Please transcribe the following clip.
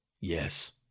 yes